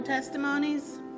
Testimonies